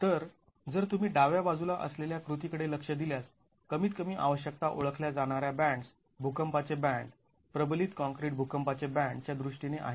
तर जर तुम्ही डाव्या बाजूला असलेल्या कृती कडे लक्ष दिल्यास कमीत कमी आवश्यकता ओळखल्या जाणाऱ्या बॅन्ड्स् भुकंपाचे बॅन्ड प्रबलित काँक्रीट भुकंपाचे बॅन्ड च्या दृष्टीने आहेत